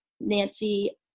Nancy